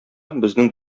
безнең